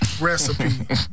recipe